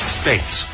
states